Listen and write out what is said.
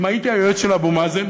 אם הייתי היועץ של אבו מאזן,